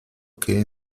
que